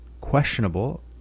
questionable